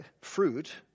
fruit